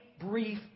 brief